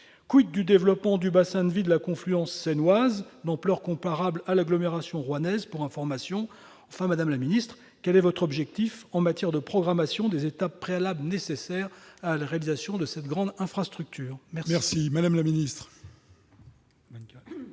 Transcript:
? du développement du bassin de vie de la confluence Seine-Oise, d'ampleur comparable à l'agglomération rouennaise ? Enfin, quel est votre objectif en matière de programmation des étapes préalables nécessaires à la réalisation de cette grande infrastructure ? La